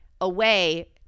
away